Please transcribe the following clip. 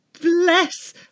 bless